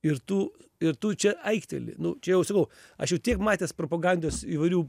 ir tu ir tu čia aikteli nu čia jau sakau aš jau tiek matęs propagandos įvairių